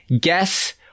Guess